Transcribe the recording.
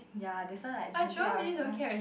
ya that's why like I think I also